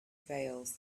veils